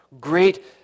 great